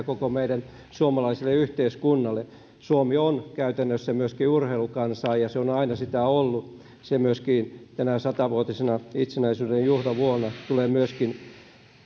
koko meidän suomalaiselle yhteiskunnalle suomalaiset ovat käytännössä myöskin urheilukansaa ja ovat aina sitä olleet se myöskin tänä sata vuotisen itsenäisyyden juhlavuonna tulee